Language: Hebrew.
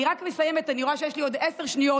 אני מסיימת, אני רואה שיש לי עוד עשר שניות.